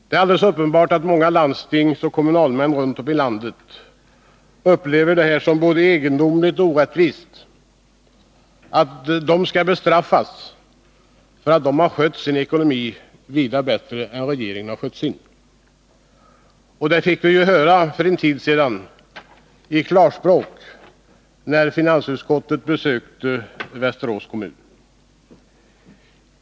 Det är helt uppenbart att många landstingsoch kommunalmän runt om i landet upplever det som både egendomligt och orättvist att de skall bestraffas för att de har skött sin ekonomi vida bättre än regeringen skött sin. Detta fick vi höra i klarspråk när finansutskottet för en tid sedan besökte Västerås kommun.